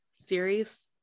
series